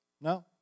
No